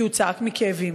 כי הוא צעק מכאבים.